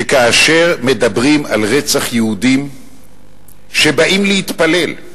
שכאשר מדברים על רצח יהודים שבאים להתפלל,